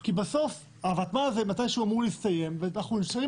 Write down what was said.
כי בסוף הוותמ"ל הזה מתי שהוא אמור להסתיים ואנחנו נשארים